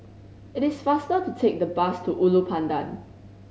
it is faster to take the bus to Ulu Pandan